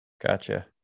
Gotcha